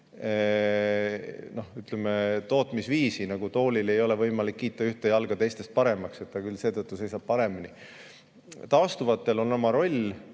ütleme, tootmisviisi, nagu toolil ei ole võimalik kiita ühte jalga teistest paremaks, kuigi ta küll seetõttu seisab paremini. Taastuvatel on oma roll,